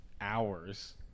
hours